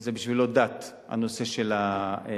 זה בשבילו דת, הנושא של ה"מצ'ינג".